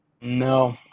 No